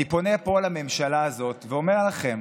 אני פונה פה לממשלה הזאת ואומר לכם